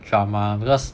drama because